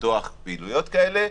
לפתוח פעילויות כאלה.